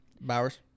Bowers